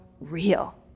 real